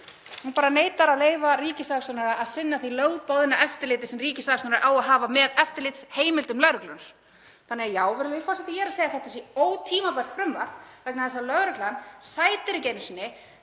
Hún neitar að leyfa ríkissaksóknara að sinna því lögboðna eftirliti sem ríkissaksóknari á að hafa með eftirlitsheimildum lögreglunnar. Þannig að já, virðulegi forseti, ég er að segja að þetta sé ótímabært frumvarp vegna þess að lögreglan sætir ekki einu sinni